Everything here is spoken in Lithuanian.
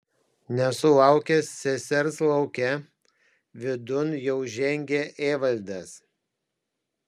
nesulaukęs sesers lauke vidun jau žengė evaldas